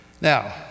Now